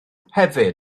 hefyd